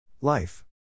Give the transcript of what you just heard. Life